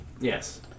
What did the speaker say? Yes